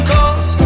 Coast